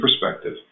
perspective